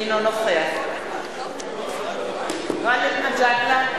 אינו נוכח גאלב מג'אדלה,